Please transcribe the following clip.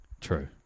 True